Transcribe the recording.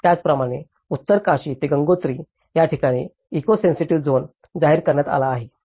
त्याचप्रमाणे उत्तरकाशी ते गंगोत्री या ठिकाणी इको सेन्सेटिव्ह झोन जाहीर करण्यात आला आहे